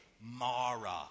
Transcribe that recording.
mara